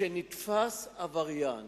כשנתפס עבריין